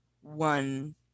one